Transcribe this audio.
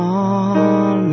on